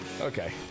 Okay